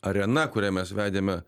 arena kurią mes vedėme